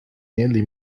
nearly